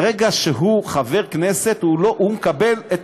ברגע שהוא חבר כנסת, הוא מקבל,